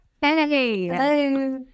Hey